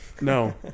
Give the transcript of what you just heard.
No